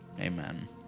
Amen